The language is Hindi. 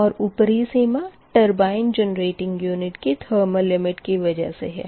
और ऊपरी सीमा टरबायिन जनरेटिंग यूनिट की थर्मल लिमिट की वजह से है